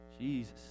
Jesus